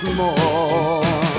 more